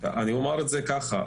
אני אומר את זה ככה,